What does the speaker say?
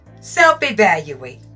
Self-evaluate